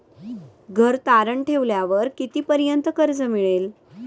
घर तारण ठेवल्यावर कितीपर्यंत कर्ज मिळेल?